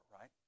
right